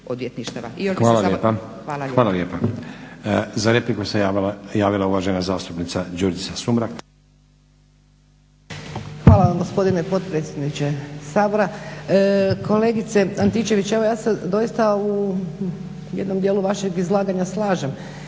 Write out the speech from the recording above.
Nenad (SDP)** Za repliku se javila uvažena zastupnica Đurđica Sumrak. **Sumrak, Đurđica (HDZ)** Hvala vam gospodine potpredsjedniče Sabora. Kolegice Antičević evo ja se doista u jednom dijelu vašeg izlaganja slažem.